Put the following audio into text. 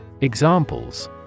Examples